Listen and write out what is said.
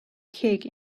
cake